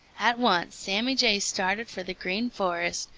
at once sammy jay started for the green forest,